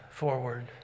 forward